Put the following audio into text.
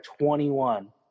21